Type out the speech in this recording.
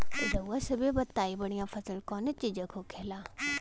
रउआ सभे बताई बढ़ियां फसल कवने चीज़क होखेला?